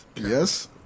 Yes